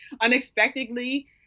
unexpectedly